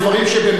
אלה דברים שבמהות,